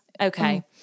Okay